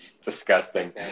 Disgusting